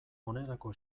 honelako